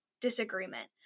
disagreement